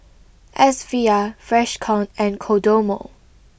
S V R Freshkon and Kodomo